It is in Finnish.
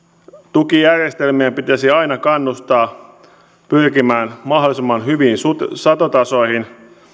tukijärjestelmien pitäisi aina kannustaa pyrkimään mahdollisimman hyviin satotasoihin